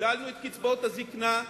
הגדלנו את קצבאות הזיקנה,